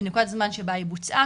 בנקודת זמן שהיא בוצעה,